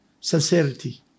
sincerity